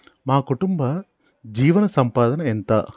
మా కుటుంబ జీవన సంపాదన ఎంత?